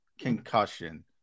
concussion